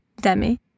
demi